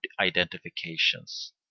identifications